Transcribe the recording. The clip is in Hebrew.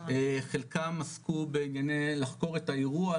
חלקם עסקו לחקור את האירוע,